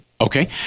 Okay